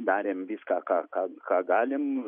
darėm viską ką ką ką galim